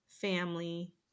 family